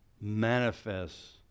manifests